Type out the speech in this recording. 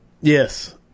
Yes